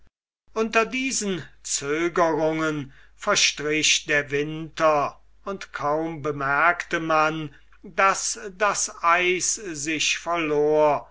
unter diesen zögerungen verstrich der winter und kaum bemerkte man daß das eis sich verlor